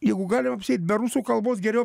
jeigu galim apsieit be rusų kalbos geriau